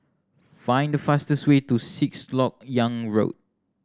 find the fastest way to Sixth Lok Yang Road